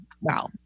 Wow